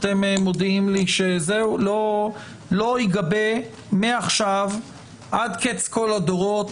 אתם מודיעים לי שלא ייגבה מעכשיו עד קץ כל הדורות